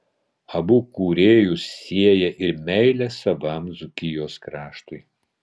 abu kūrėjus sieja ir meilė savam dzūkijos kraštui